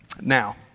Now